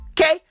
Okay